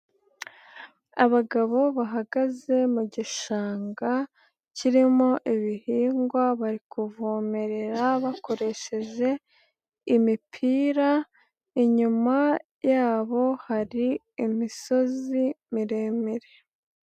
Abagabo bahagaze mu gishanga, kirimo ibihingwa bari kuvomerera bakoresheje imipira ,inyuma yabo hari imisozi miremire.